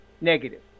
negative